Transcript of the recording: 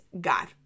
God